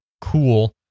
cool